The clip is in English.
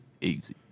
easy